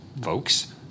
folks